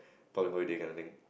public holiday kind of thing